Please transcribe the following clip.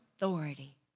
authority